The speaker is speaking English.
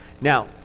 Now